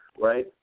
right